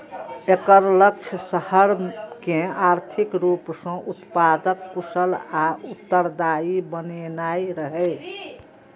एकर लक्ष्य शहर कें आर्थिक रूप सं उत्पादक, कुशल आ उत्तरदायी बनेनाइ रहै